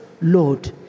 Lord